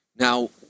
Now